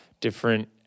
different